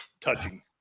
touching